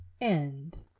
End